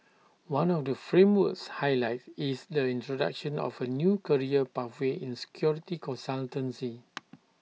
one of the framework's highlights is the introduction of A new career pathway in security consultancy